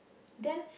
then